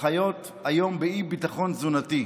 חיות היום באי-ביטחון תזונתי.